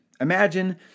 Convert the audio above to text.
Imagine